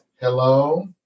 Hello